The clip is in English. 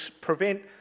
prevent